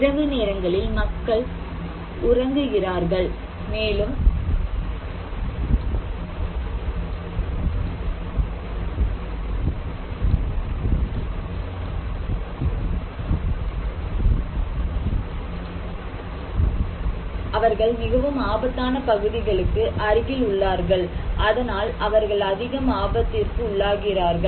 இரவு நேரங்களில் மக்கள் முழங்குகிறார்கள் மேலும் அவர்கள் மிகவும் ஆபத்தான பகுதிகளுக்கு அருகில் உள்ளார்கள் அதனால் அவர்கள் அதிகம் ஆபத்திற்கு உள்ளாகிறார்கள்